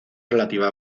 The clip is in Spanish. relativa